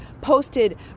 posted